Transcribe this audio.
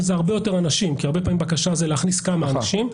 שזה הרבה יותר אנשים כי הרבה פעמים בקשה זה להכניס כמה אנשים,